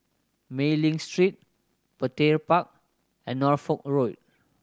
Mei Ling Street Petir Park and Norfolk Road